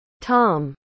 Tom